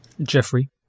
Jeffrey